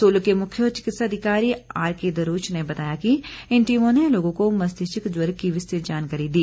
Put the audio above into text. सोलन के मुख्य चिकित्सा अधिकारी आरकेदरोच ने बताया कि इन टीमों ने लोगों को मस्तिष्क ज्वर की विस्तृत जानकारी दी